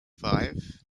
five